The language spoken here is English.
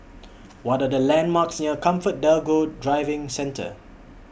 What Are The landmarks near ComfortDelGro Driving Centre